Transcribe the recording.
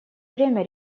время